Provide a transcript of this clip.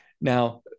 Now